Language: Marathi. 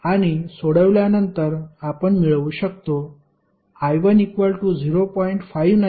आणि सोडवल्यानंतर आपण मिळवू शकतो I1 0